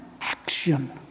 action